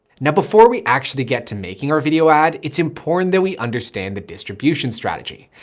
now before we actually get to making our video ad, it's important that we understand the distribution strategy.